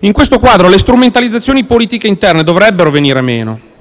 In questo quadro le strumentalizzazioni politiche interne dovrebbero venire meno,